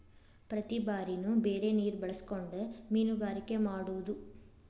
ಪ್ರತಿ ಬಾರಿನು ಬೇರೆ ನೇರ ಬಳಸಕೊಂಡ ಮೇನುಗಾರಿಕೆ ಮಾಡುದು